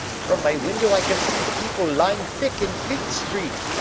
from my window i can see the people lying thick in fleet street.